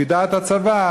לפי דעת הצבא,